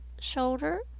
shoulder